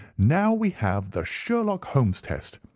now we have the sherlock holmes' test,